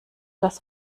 das